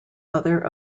other